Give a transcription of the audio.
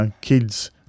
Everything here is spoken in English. kids